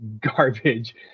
garbage